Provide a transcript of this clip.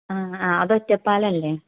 ആ ആ അത് ഒറ്റപ്പാലം അല്ലെ